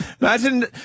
Imagine